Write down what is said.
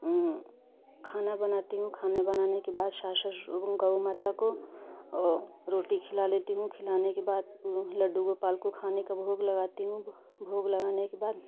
खाना बनाती हूँ खाना बनाने के बाद सास ससुर गौ माता को रोटी खिला लेती हूँ खिलाने के बाद उह लड्डू गोपाल को खाने का भोग लगाती हूँ भोग लगाने के बाद